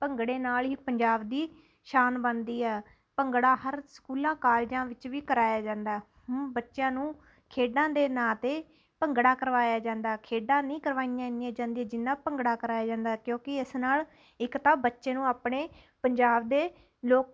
ਭੰਗੜੇ ਨਾਲ ਹੀ ਪੰਜਾਬ ਦੀ ਸ਼ਾਨ ਬਣਦੀ ਹੈ ਭੰਗੜਾ ਹਰ ਸਕੂਲਾਂ ਕਾਲਜਾਂ ਵਿੱਚ ਵੀ ਕਰਾਇਆ ਜਾਂਦਾ ਹੂੰ ਬੱਚਿਆਂ ਨੂੰ ਖੇਡਾਂ ਦੇ ਨਾਂ 'ਤੇ ਭੰਗੜਾ ਕਰਵਾਇਆ ਜਾਂਦਾ ਖੇਡਾਂ ਨਹੀਂ ਕਰਵਾਈਆਂ ਇੰਨੀਆਂ ਜਾਂਦੀਆਂ ਜਿੰਨਾਂ ਭੰਗੜਾ ਕਰਵਾਇਆ ਜਾਂਦਾ ਕਿਉਂਕਿ ਇਸ ਨਾਲ ਇੱਕ ਤਾਂ ਬੱਚੇ ਨੂੰ ਆਪਣੇ ਪੰਜਾਬ ਦੇ ਲੋਕ